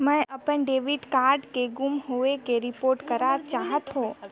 मैं अपन debit card के गुम होवे के रिपोर्ट करा चाहत हों